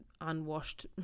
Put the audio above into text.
unwashed